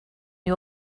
you